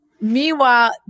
meanwhile